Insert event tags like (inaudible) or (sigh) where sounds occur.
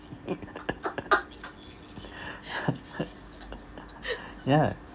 (laughs) yeah